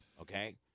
okay